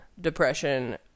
depression